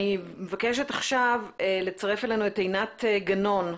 אני מבקשת עכשיו לצרף אלינו את עינת גנון.